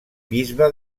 bisbe